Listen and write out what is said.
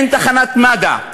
אין תחנת מד"א,